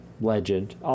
legend